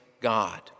God